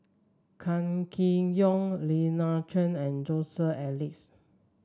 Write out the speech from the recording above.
Kam Kee Yong Lina Chiam and Joseph Elias